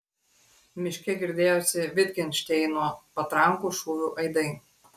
miške girdėjosi vitgenšteino patrankų šūvių aidai